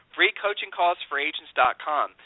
FreeCoachingCallsForAgents.com